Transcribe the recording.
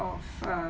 of uh